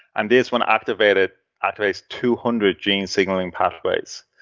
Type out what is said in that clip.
and this, when activated activates two hundred gene signaling pathways.